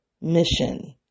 mission